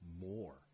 more